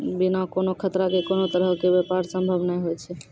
बिना कोनो खतरा के कोनो तरहो के व्यापार संभव नै होय छै